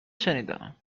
شنیدم